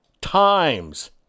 times